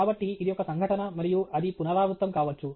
కాబట్టి ఇది ఒక సంఘటన మరియు అది పునరావృతం కావచ్చు